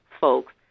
folks